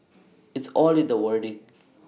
it's all in the wording